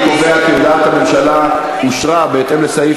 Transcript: אני קובע כי אושרה הודעת הממשלה בהתאם לסעיף